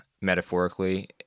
metaphorically